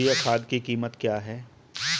Urea खाद की कीमत क्या है?